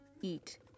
eat